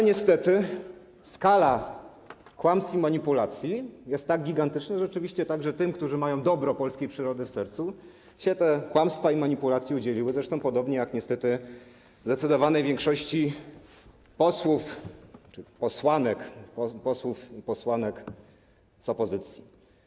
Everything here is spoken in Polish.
Niestety skala kłamstw i manipulacji jest tak gigantyczna, że rzeczywiście także tym, którzy mają dobro polskiej przyrody w sercu, te kłamstwa i manipulacje się udzieliły, zresztą podobnie jak, niestety, zdecydowanej większości posłów i posłanek opozycji.